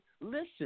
listen